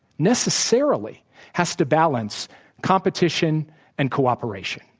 necessarily has to balance competition and cooperation.